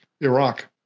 Iraq